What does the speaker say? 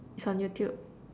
it's on YouTube